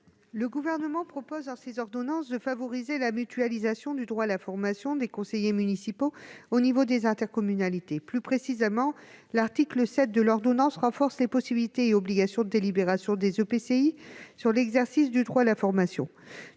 Le Gouvernement propose dans ces ordonnances de favoriser la mutualisation du droit à la formation des conseillers municipaux au niveau des intercommunalités. Plus précisément, l'article 7 de l'ordonnance n° 2021-45 renforce les possibilités et obligations de délibération des EPCI en matière d'exercice du droit à la formation.